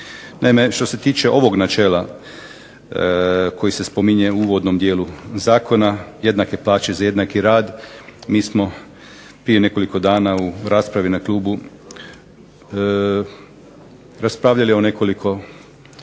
Naime, što se tiče ovog načela koji se spominje u uvodnom dijelu zakona, jednake plaće za jednaki rad mi smo prije nekoliko dana u raspravi na klubu raspravljali o nekoliko